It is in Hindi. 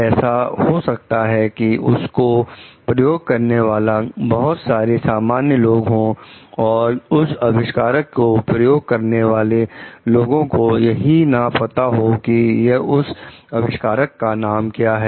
ऐसा हो सकता है कि उसको प्रयोग करने वाले बहुत सारे सामान्य लोग हो और उस अविष्कार को प्रयोग करने वाले लोगों को यही ना पता हो कि उस अविष्कारक का नाम क्या है